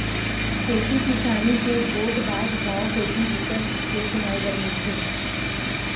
खेती किसानी के गोठ बात गाँव कोती बिकट के सुने बर मिलथे